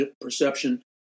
perception